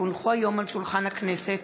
כי הונחו היום על שולחן הכנסת,